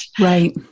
Right